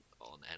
on